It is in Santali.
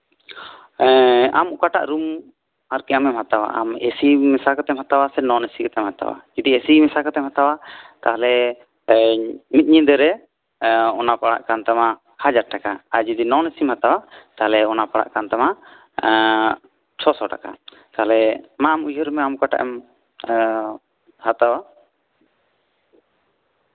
ᱮᱜ ᱚᱠᱟᱴᱟᱜ ᱨᱩᱢ ᱟᱨᱠᱤ ᱟᱢᱮᱢ ᱦᱟᱛᱟᱣᱟ ᱮᱥᱤ ᱢᱮᱥᱟ ᱠᱟᱛᱮᱢ ᱦᱟᱛᱟᱣᱟ ᱥᱮ ᱱᱚᱱ ᱮᱥᱤ ᱢᱮᱥᱟ ᱠᱟᱛᱮᱢ ᱦᱟᱛᱟᱣᱟ ᱡᱚᱫᱤ ᱮᱥᱤ ᱢᱮᱥᱟ ᱠᱟᱛᱮᱢ ᱦᱟᱛᱟᱣᱟ ᱛᱟᱦᱚᱞᱮ ᱢᱤᱫ ᱧᱤᱫᱟᱹᱨᱮ ᱚᱱᱟ ᱯᱟᱲᱟᱜ ᱠᱟᱱ ᱛᱟᱢᱟ ᱦᱟᱡᱟᱨ ᱴᱟᱠᱟ ᱟᱨ ᱡᱚᱫᱤ ᱱᱚᱱ ᱮᱥᱤᱢ ᱦᱟᱛᱟᱣᱟ ᱛᱟᱦᱚᱞᱮ ᱚᱱᱟ ᱯᱟᱲᱟᱜ ᱠᱟᱱ ᱛᱟᱢᱟ ᱪᱷᱚᱥᱚ ᱴᱟᱠᱟ ᱛᱟᱦᱚᱞᱮ ᱢᱟ ᱩᱭᱦᱟᱹᱨ ᱢᱮ ᱟᱢ ᱚᱠᱟᱴᱟᱜ ᱮᱢ ᱦᱟᱛᱟᱣᱟ